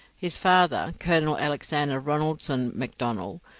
his father, colonel alexander ronaldson macdonnell,